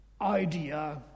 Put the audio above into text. idea